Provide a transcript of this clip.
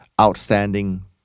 outstanding